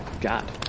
God